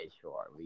sure